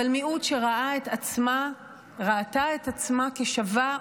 אבל מיעוט שראתה את עצמה כשווה,